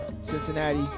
Cincinnati